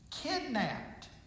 KIDNAPPED